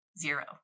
zero